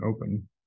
open